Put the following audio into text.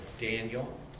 Daniel